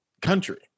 country